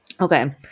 Okay